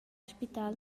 spital